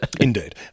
Indeed